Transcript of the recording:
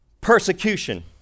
persecution